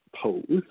pose